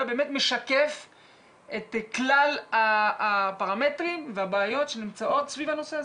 באמת משקף את כלל הפרמטרים ואת הבעיות שנמצאות סביב הנושא הזה?